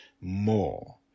more